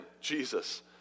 Jesus